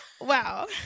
Wow